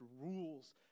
rules